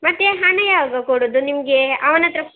ಮತ್ತು ಹಣ ಯಾವಾಗ ಕೊಡೋದು ನಿಮಗೆ ಅವ್ನಹತ್ರ